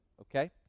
okay